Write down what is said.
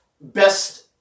best